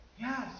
Yes